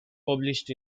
published